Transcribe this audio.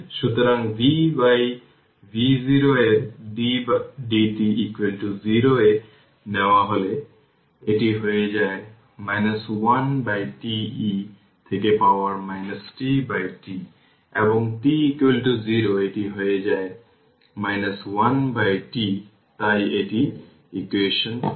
সুতরাং vv0 এর d dt 0 এ নেওয়া হলে এটি হয়ে যায় 1τ e থেকে পাওয়ার tτ এবং t 0 এটি হয়ে যায় 1τ তাই এটি ইকুয়েশন 14